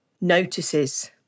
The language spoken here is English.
notices